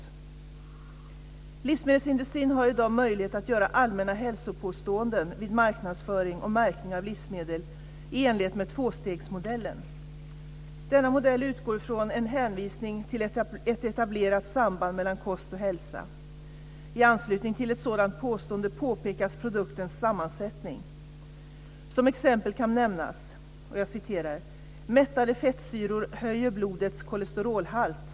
Livsmedelsindustrin har i dag möjlighet att göra allmänna hälsopåståenden vid marknadsföring och märkning av livsmedel i enlighet med tvåstegsmodellen. Denna modell utgår från en hänvisning till ett etablerat samband mellan kost och hälsa. I anslutning till ett sådant påstående påpekas produktens sammansättning. Som exempel kan nämnas: "Mättade fettsyror höjer blodets kolesterolhalt.